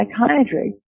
psychiatry